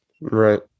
Right